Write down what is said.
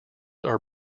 are